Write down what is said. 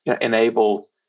enable